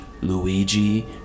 Luigi